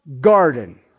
garden